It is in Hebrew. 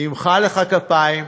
נמחא לך כפיים,